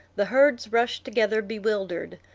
the herds rushed together bewildered.